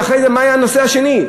ואחרי זה, מה היה הנושא השני?